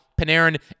Panarin